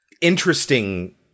interesting